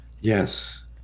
Yes